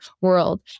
world